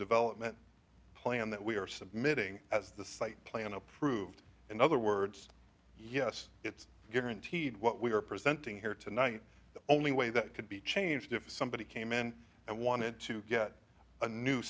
development plan that we are submitting as the site plan approved in other words yes it's guaranteed what we are presenting here tonight the only way that it could be changed if somebody came in and wanted to get a new